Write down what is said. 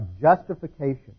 justification